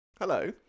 Hello